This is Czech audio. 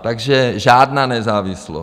Takže žádná nezávislost.